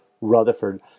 Rutherford